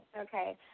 Okay